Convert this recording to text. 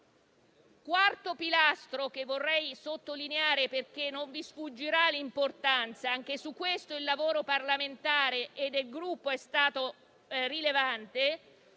un quarto pilastro che vorrei sottolineare e di cui non vi sfuggirà l'importanza. Anche su questo il lavoro parlamentare e del Gruppo è stato rilevante.